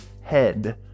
head